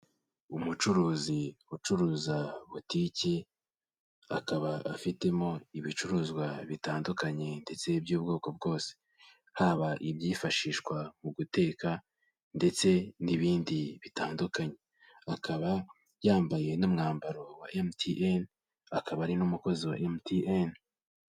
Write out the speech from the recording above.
Umucuruzi ucuruza butike, akaba afitemo ibicuruzwa bitandukanye ndetse by'ubwoko bwose. Haba ibyifashishwa mu guteka ndetse n'ibindi bitandukanye. Akaba yambaye n'umwambaro wa MTN, akaba ari n'umukozi wa MTN.